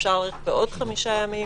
אפשר להאריך בעוד חמישה ימים.